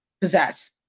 possess